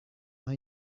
are